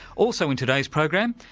also in today's program,